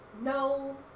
no